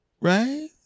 right